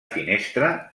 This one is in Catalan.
finestra